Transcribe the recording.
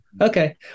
okay